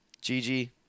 Gigi